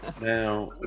now